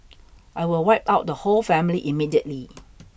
I will wipe out the whole family immediately